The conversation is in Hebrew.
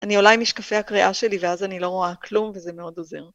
אני עולה עם משקפי הקריאה שלי ואז אני לא רואה כלום וזה מאוד עוזר.